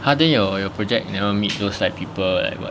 !huh! then your your project never meet those like people like what